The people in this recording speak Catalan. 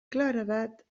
claredat